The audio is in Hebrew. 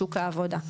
בשוק העבודה,